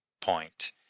point